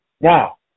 Now